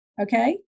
okay